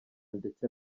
ndetse